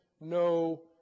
no